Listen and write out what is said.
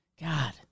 God